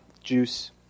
juice